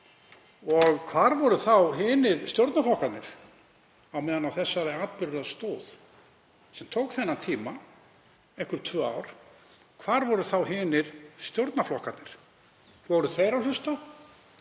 Hvar voru þá hinir stjórnarflokkarnir meðan á þessari atburðarás stóð sem tók þennan tíma, einhver tvö ár? Hvar voru þá hinir stjórnarflokkarnir? Voru þeir að hlusta?